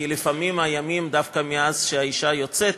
כי לפעמים דווקא הימים לאחר שהאישה יוצאת